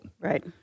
Right